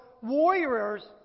warriors